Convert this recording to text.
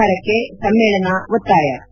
ಸರ್ಕಾರಕ್ಷೆ ಸಮ್ಮೇಳನ ಒತ್ತಾಯ